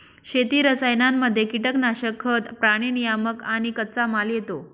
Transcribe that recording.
शेती रसायनांमध्ये कीटनाशक, खतं, प्राणी नियामक आणि कच्चामाल येतो